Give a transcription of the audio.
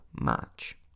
match